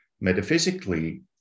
Metaphysically